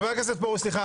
חברת הכנסת וולדיגר.